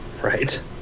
right